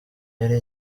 yari